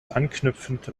anknüpfend